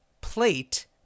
Plate